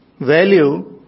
value